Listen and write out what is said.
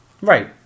Right